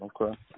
Okay